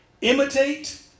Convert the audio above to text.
imitate